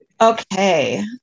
Okay